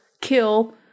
kill